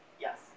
Yes